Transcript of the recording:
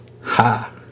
ha